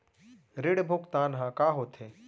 ऋण भुगतान ह का होथे?